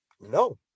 No